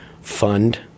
fund